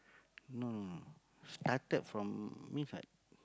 no no no started from